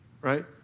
right